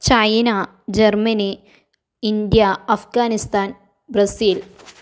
China Germany India Afghanistan Brazil